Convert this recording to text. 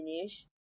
finish